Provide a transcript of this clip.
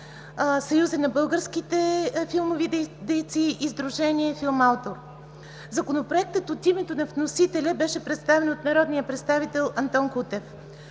Съюза на българските филмови дейци, сдружение „Филмаутор“. Законопроектът от името на вносителя беше представен от народния представител Антон Кутев.